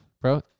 bro